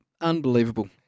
Unbelievable